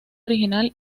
original